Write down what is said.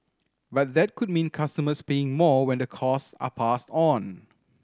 but that could mean customers paying more when the cost are passed on